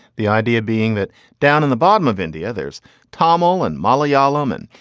the idea being that down in the bottom of india, there's tamil and molly al ohman,